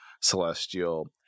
Celestial